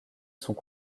sont